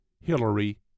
Hillary